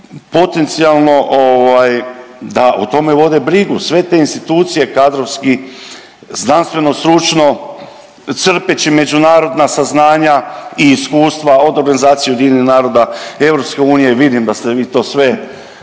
potencijalno ovaj, da o tome vode brigu sve te institucije kadrovski, znanstveno, stručno, crpeći međunarodna saznanja i iskustva, od organizacije UN-a, EU, vidim da ste vi to sve